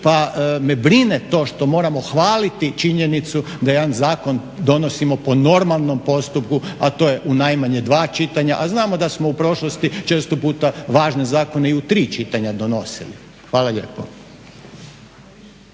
pa me brine to što moramo hvaliti činjenicu da jedan zakon donosimo po normalnom postupku, a to je u najmanje dva čitanja, a znamo da smo u prošlosti često puta važne zakone i u tri čitanja donosili. Hvala lijepo.